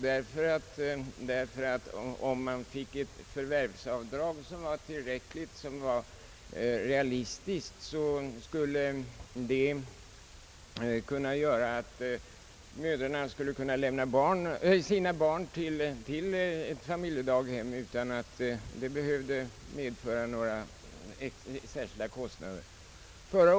Ty om de hem vilkas barn man tog hand om inom familjedaghemmen fick ett tillräckligt och realistiskt förvärvsavdrag, så skulle det medföra att mödrarna kunde lämna sina barn till familjedaghem utan att det behövde medföra några särskilda extra kostnader.